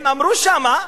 הם אמרו שם,